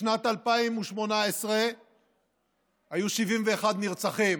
בשנת 2018 היו 71 נרצחים